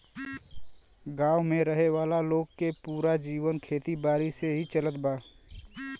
गांव में रहे वाला लोग के पूरा जीवन खेती बारी से ही चलत बा